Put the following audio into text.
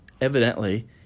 evidently